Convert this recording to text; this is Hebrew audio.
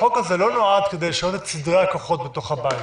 החוק הזה לא נועד כדי לשנות את סדרי הכוחות בבית,